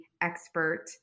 expert